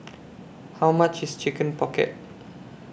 How much IS Chicken Pocket